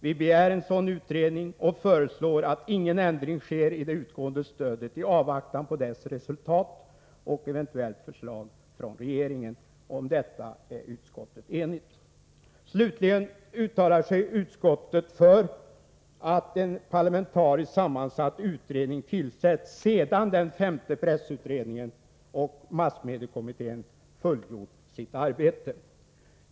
Vi begär en sådan utredning och föreslår att ingen ändring sker i det utgående stödet i avvaktan på dess resultat och eventuellt förslag från regeringen. Om detta är utskottet enigt. Slutligen uttalade sig utskottet för att en parlamentariskt sammansatt utredning tillsätts sedan femte pressutredningen och massmediekommittén fullgjort sitt arbete.